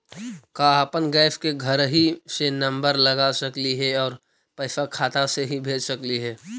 का अपन गैस के घरही से नम्बर लगा सकली हे और पैसा खाता से ही भेज सकली हे?